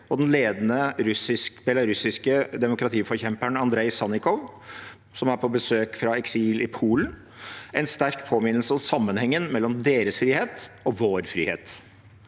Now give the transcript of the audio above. og den ledende belarusiske demokratiforkjemperen Andrei Sannikov, som er på besøk fra eksil i Polen, en sterk påminnelse om sammenhengen mellom deres frihet og vår frihet.